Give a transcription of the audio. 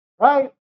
right